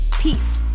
Peace